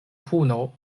puno